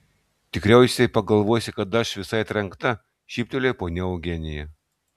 tikriausiai pagalvosi kad aš visai trenkta šyptelėjo ponia eugenija